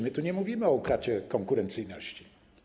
My tu nie mówimy o utracie konkurencyjności.